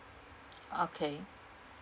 okay